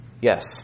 Yes